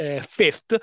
fifth